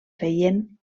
feien